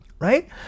right